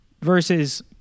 versus